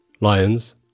lions